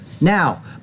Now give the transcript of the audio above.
Now